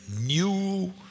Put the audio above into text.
new